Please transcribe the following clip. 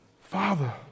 Father